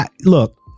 Look